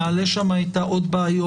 נעלה שם עוד בעיות.